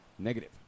Negative